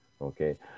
Okay